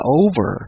over